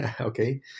okay